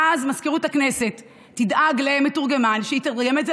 ואז מזכירות הכנסת תדאג למתורגמן שיתרגם את זה